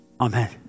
Amen